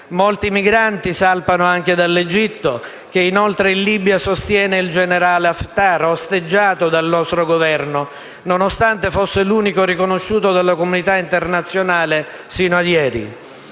Molti migranti, infatti, salpano dall'Egitto che, inoltre, in Libia sostiene il generale Haftar, osteggiato dal nostro Governo, nonostante fosse l'unico riconosciuto dalla Comunità internazionale, sino a ieri.